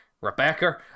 Rebecca